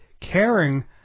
caring